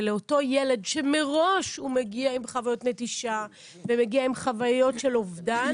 ולאותו ילד שמראש הוא מגיע עם חוויות נטישה ומגיע עם חוויות של אובדן,